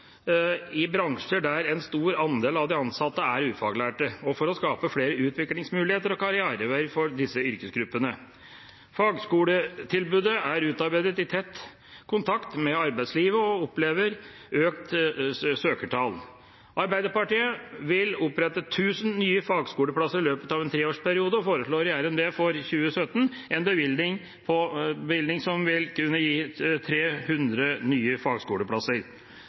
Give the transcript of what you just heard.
i bransjer der en stor andel av de ansatte er ufaglærte, og for å skape flere utviklingsmuligheter og karriereveier for disse yrkesgruppene. Fagskoletilbudet er utarbeidet i tett kontakt med arbeidslivet, og opplever økte søkertall. Arbeiderpartiet vil opprette 1 000 nye fagskoleplasser i løpet av en treårsperiode, og foreslår i RNB for 2017 en bevilgning som vil kunne gi 300 nye fagskoleplasser.